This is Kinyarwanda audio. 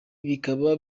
bikaba